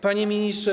Panie Ministrze!